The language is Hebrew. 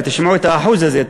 ותשמעו את האחוז הזה,